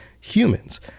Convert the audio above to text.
humans